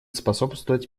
способствовать